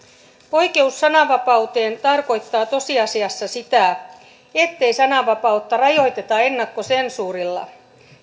oikeus sananvapauteen tarkoittaa tosiasiassa sitä ettei sananvapautta rajoiteta ennakkosensuurilla